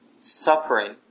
suffering